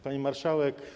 Pani Marszałek!